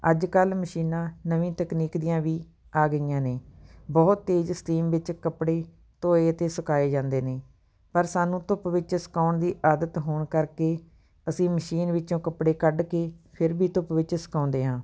ਅੱਜ ਕੱਲ੍ਹ ਮਸ਼ੀਨਾਂ ਨਵੀਂ ਤਕਨੀਕ ਦੀਆਂ ਵੀ ਆ ਗਈਆਂ ਨੇ ਬਹੁਤ ਤੇਜ਼ ਸਟੀਮ ਵਿੱਚ ਕੱਪੜੇ ਧੋਏ ਅਤੇ ਸੁਕਾਏ ਜਾਂਦੇ ਨੇ ਪਰ ਸਾਨੂੰ ਧੁੱਪ ਵਿੱਚ ਸੁਕਾਉਣ ਦੀ ਆਦਤ ਹੋਣ ਕਰਕੇ ਅਸੀਂ ਮਸ਼ੀਨ ਵਿੱਚੋਂ ਕੱਪੜੇ ਕੱਢ ਕੇ ਫਿਰ ਵੀ ਧੁੱਪ ਵਿੱਚ ਸੁਕਾਉਂਦੇ ਹਾਂ